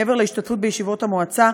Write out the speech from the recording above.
מעבר להשתתפות בישיבות המועצה,